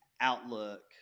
outlook